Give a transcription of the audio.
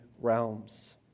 realms